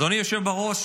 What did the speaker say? אדוני היושב בראש,